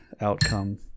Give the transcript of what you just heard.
outcome